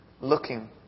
looking